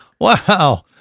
wow